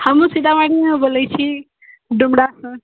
हमहूँ सीतामढ़ीसँ बोलैत छी डुमरासँ